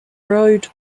road